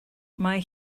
mae